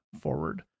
forward